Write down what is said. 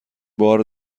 بار